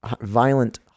violent